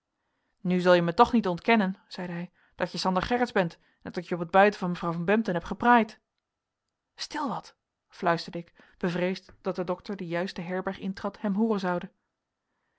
nu zel je mij toch niet ontkennen zeide hij dat je sander gerritsz bent en dat ik je op het buiten van mevrouw van bempden heb gepraaid stil wat fluisterde ik bevreesd dat de dokter die juist de herberg intrad hem hooren zoude